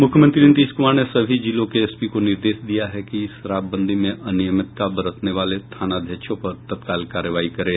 मुख्यमंत्री नीतीश कुमार ने सभी जिलों के एसपी को निर्देश दिया है कि शराबबंदी में अनियमितता बरतने वाले थानाध्यक्षों पर तत्काल कार्रवाई करें